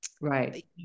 right